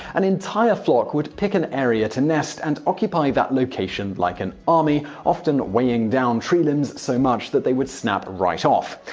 an entire flock would pick an area to nest and occupy that location like an army, often weighing down tree limbs so much that they would snap right off.